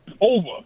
over